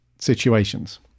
situations